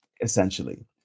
essentially